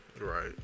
Right